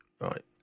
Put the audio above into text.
right